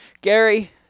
Gary